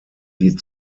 die